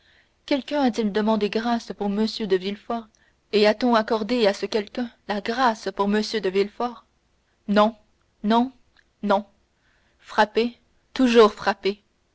quelqu'un a-t-il demandé grâce pour m de villefort et a-t-on accordé à ce quelqu'un la grâce de m de villefort non non non frappé toujours frappé